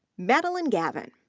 madeline gavin.